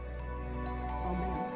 Amen